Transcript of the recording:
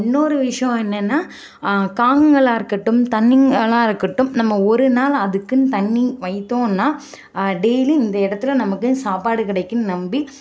இன்னொரு விஷயம் என்னென்னா காங்களா இருக்கட்டும் தண்ணிங்களா இருக்கட்டும் நம்ம ஒரு நாள் அதுக்குன்னு தண்ணி வைத்தோன்னா டெய்லி இந்த இடத்துல நமக்கு சாப்பாடு கிடைக்குதுன்னு நம்பி